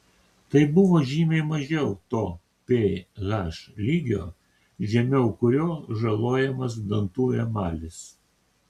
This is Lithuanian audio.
tai buvo žymiai mažiau to ph lygio žemiau kurio žalojamas dantų emalis